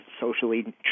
socially